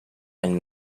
and